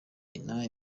nyina